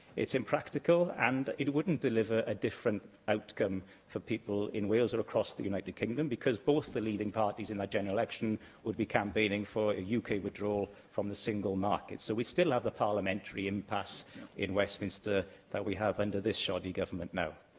it's impractical, and it wouldn't deliver a different outcome for people in wales or across the united kingdom because both the leading parties in that general election would be campaigning for yeah uk withdrawal from the single market. so, we would still have the parliamentary impasse in westminster that we have under this shoddy government now.